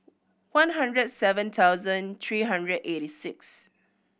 one hundred seven thousand three hundred eighty six